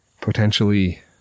potentially